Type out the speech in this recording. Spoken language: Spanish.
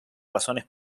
razones